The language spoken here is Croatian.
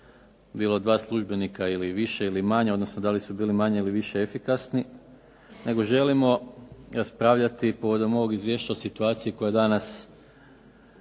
bilo dva službenika ili više ili manje, odnosno da li su bili manje ili više efikasni. Nego želimo raspravljati, povodom ovog izvješća o situaciji koja je danas